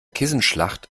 kissenschlacht